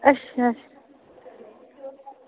अच्छा